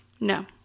No